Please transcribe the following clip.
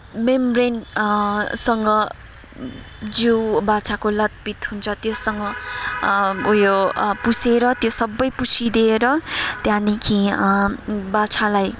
membrane सँग जिउ बाछाको लतपत हुन्छ त्योसँग उयो पुछेर त्यो सबै पुछिदिएर त्याँदेखि बाछालाई